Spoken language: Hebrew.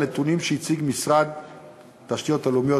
על נתונים שהציג משרד התשתיות הלאומיות,